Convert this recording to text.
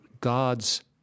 God's